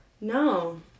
No